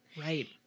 Right